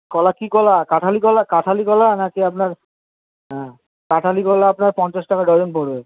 কলা কি কলা কাঁঠালি কলা কাঁঠালি কলা না কি আপনার হ্যাঁ কাঁঠালি কলা আপনার পঞ্চাশ টাকা ডজন পড়বে